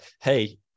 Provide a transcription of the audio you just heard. hey